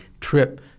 trip